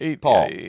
Paul